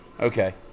Okay